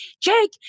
Jake